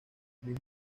luis